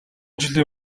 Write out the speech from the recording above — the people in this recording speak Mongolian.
жилийн